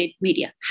media